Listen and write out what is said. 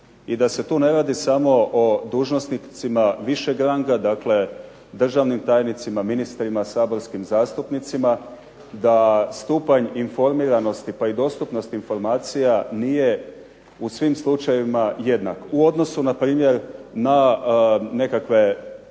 i da se tu ne radi samo o dužnosnicima višeg ranga, dakle državnim tajnicima, ministrima, saborskim zastupnicima da stupanj informiranosti pa i dostupnost informacija nije u svim slučajevima jednak u odnosu npr. na nekakve